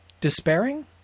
Despairing